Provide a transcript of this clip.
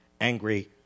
angry